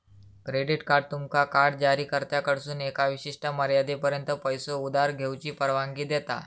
credit card तुमका card जारीकर्त्याकडसून एका विशिष्ट मर्यादेपर्यंत पैसो उधार घेऊची परवानगी देता